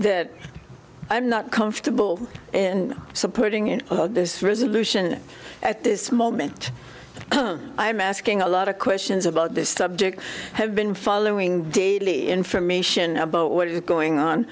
that i'm not comfortable in supporting in this resolution at this moment i am asking a lot of questions about this subject i have been following daily information about what is going on